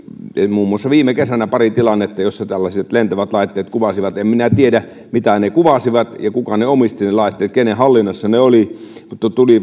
muun muassa viime kesänä pari tilannetta joissa tällaiset lentävät laitteet kuvasivat en minä tiedä mitä ne kuvasivat ja kuka omisti ne laitteet kenen hallinnassa ne olivat mutta tuli